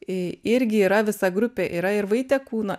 irgi yra visa grupė yra ir vaitekūno